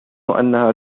أنها